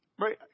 right